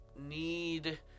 need